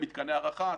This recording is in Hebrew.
למתקני הארחה,